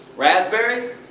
raspberries?